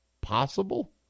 possible